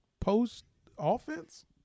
post-offense